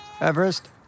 Everest